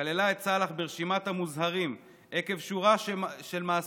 כללה את סלאח ברשימת המוזהרים עקב שורה של מעשים,